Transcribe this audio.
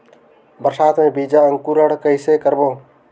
बरसात मे बीजा अंकुरण कइसे करबो?